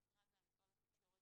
במקרה הזה למשרד התקשורת